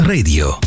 Radio